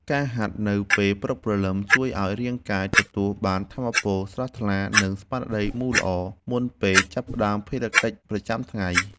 ការហាត់នៅពេលព្រលឹមជួយឱ្យរាងកាយទទួលបានថាមពលស្រស់ថ្លា និងស្មារតីមូលល្អ មុនពេលចាប់ផ្ដើមភារកិច្ចប្រចាំថ្ងៃ។